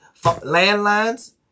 landlines